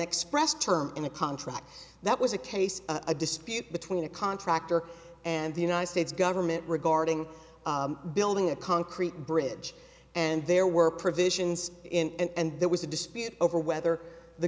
expressed term in a contract that was a case a dispute between a contractor and the united states government regarding building a concrete bridge and there were provisions in and there was a dispute over whether the